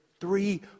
Three